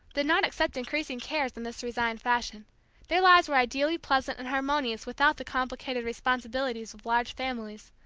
did not accept increasing cares in this resigned fashion their lives were ideally pleasant and harmonious without the complicated responsibilities of large families.